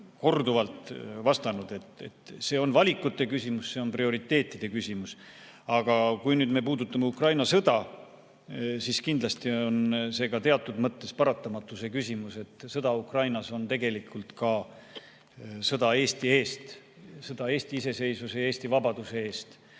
korduvalt vastanud, et see on valikute küsimus, see on prioriteetide küsimus. Aga kui nüüd me puudutame Ukraina sõda, siis kindlasti on see ka teatud mõttes paratamatuse küsimus, et sõda Ukrainas on tegelikult ka sõda Eesti eest, sõda Eesti iseseisvuse ja Eesti vabaduse eest.